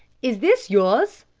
is this yours?